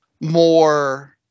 more